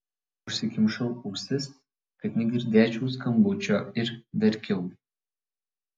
užsikimšau ausis kad negirdėčiau skambučio ir verkiau